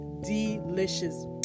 delicious